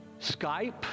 Skype